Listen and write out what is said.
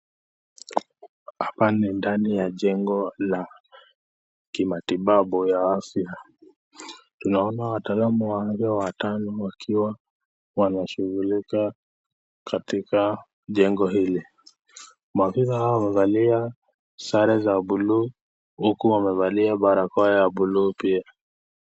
Hapa ni ndani ya jengo la kimatibabu ya afya, tunaona watalamu wale watano wakiwa wanashulika katika jengo hili, maafisa hao wamevalia sare za blue, huku wamevalia barakoa za buluu pia.